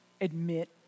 admit